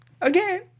again